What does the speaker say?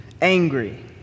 angry